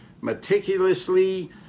meticulously